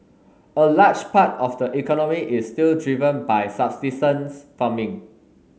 a large part of the economy is still driven by subsistence farming